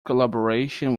collaboration